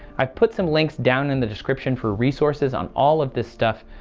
i put some links down in the description for resources on all of this stuff.